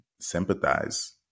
sympathize